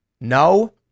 no